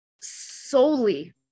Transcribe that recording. solely